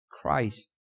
Christ